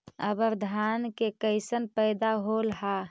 अबर धान के कैसन पैदा होल हा?